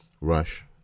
Rush